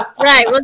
Right